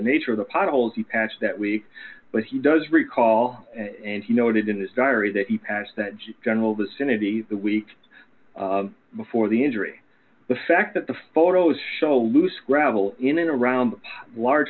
nature of the potholes he passed that week but he does recall and he noted in his diary that he passed that general vicinity the week before the injury the fact that the photos show loose gravel in and around a large